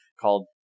called